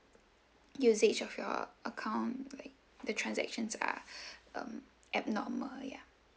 usage of your account like the transactions are um abnormal ya